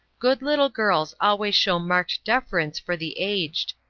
good little girls always show marked deference for the aged.